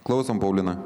klausom paulina